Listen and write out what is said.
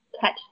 catch